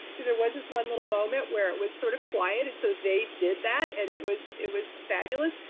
because there was this one little moment where it was sort of quiet. and so they did that. and it was it was fabulous.